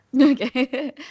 Okay